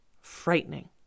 frightening